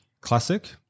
Classic